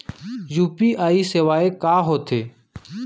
UPI सेवाएं का होथे?